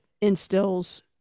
instills